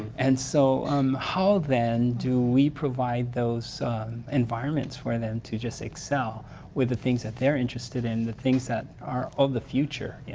and so um how then do we provide those environments for them to just excel with the things that they're interested in, the things that are of the future. yeah